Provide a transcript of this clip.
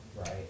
right